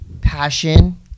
passion